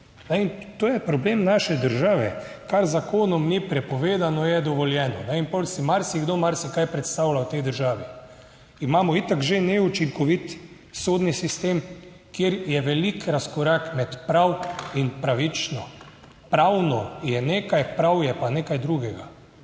to je problem naše države: kar z zakonom ni prepovedano, je dovoljeno. Potem si marsikdo marsikaj predstavlja v tej državi. Imamo itak že neučinkovit sodni sistem, kjer je velik razkorak med prav in pravično. Pravno je nekaj, prav je pa nekaj drugega.